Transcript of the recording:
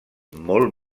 molt